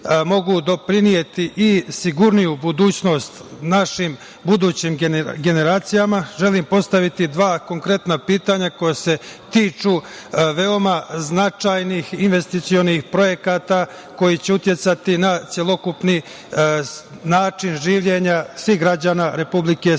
mogu doprineti i sigurniju budućnost našim budućim generacijama. Želim postaviti dva konkretna pitanja koja se tiču veoma značajnih investicionih projekata koji će uticati na celokupni način življenja svih građana Republike Srbije. Prvo